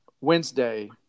Wednesday